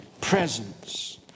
Presence